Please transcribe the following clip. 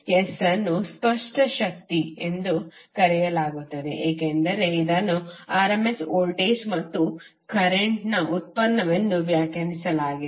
S ಅನ್ನು ಸ್ಪಷ್ಟ ಶಕ್ತಿ ಎಂದು ಕರೆಯಲಾಗುತ್ತದೆ ಏಕೆಂದರೆ ಇದನ್ನು rms ವೋಲ್ಟೇಜ್ ಮತ್ತು ಕರೆಂಟ್ನ ಉತ್ಪನ್ನವೆಂದು ವ್ಯಾಖ್ಯಾನಿಸಲಾಗಿದೆ